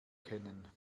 kennen